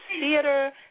theater